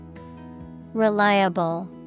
Reliable